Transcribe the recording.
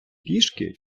пішки